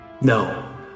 No